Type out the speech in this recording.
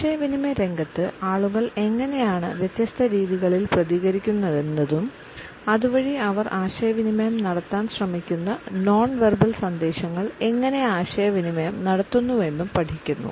ആശയവിനിമയരംഗത്ത് ആളുകൾ എങ്ങനെയാണ് വ്യത്യസ്ത രീതികളിൽ പ്രതികരിക്കുന്നതെന്നും അതുവഴി അവർ ആശയവിനിമയം നടത്താൻ ശ്രമിക്കുന്ന നോൺ വെർബൽ സന്ദേശങ്ങൾ എങ്ങനെ ആശയവിനിമയം നടത്തുന്നുവെന്നും പഠിക്കുന്നു